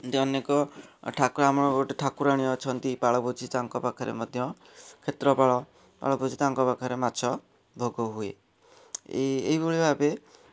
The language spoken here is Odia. ଏମିତି ଅନେକ ଠାକୁର ଆମର ଗୋଟେ ଠାକୁରାଣୀ ଅଛନ୍ତି ପାଳଭୋଜି ତାଙ୍କ ପାଖରେ ମଧ୍ୟ କ୍ଷେତ୍ରପାଳ ପାଳଭୋଜି ତାଙ୍କ ପାଖରେ ମାଛ ଭୋଗ ହୁଏ ଏଇ ଏଇଭଳି ଭାବେ